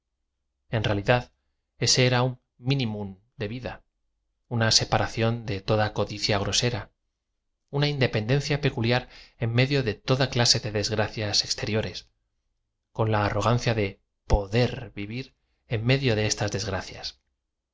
en realidad ese era un minimum de vid a una separación de toda codicia grosera una independen cía peculiar en medio de toda clase de desgracias ex tenores con la arrogancia de fo d e r v iv ir en medio de estas desgracias